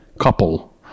couple